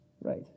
Right